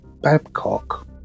Babcock